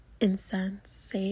incense